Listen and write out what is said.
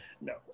No